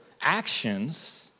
actions